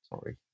Sorry